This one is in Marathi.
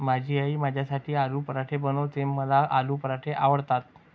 माझी आई माझ्यासाठी आलू पराठे बनवते, मला आलू पराठे आवडतात